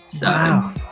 Wow